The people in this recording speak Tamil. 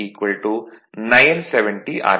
03 970 ஆர்